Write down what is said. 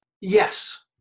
Yes